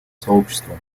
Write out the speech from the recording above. сообществом